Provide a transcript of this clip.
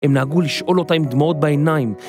הם נהגו לשאול אותה עם דמעות בעיניים.